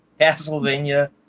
castlevania